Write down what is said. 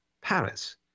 Paris